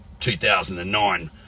2009